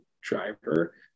driver